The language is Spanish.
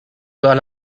todas